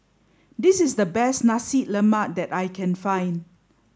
this is the best Nasi Lemak that I can find